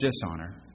dishonor